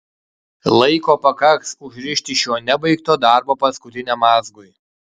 laiko pakaks užrišti šio nebaigto darbo paskutiniam mazgui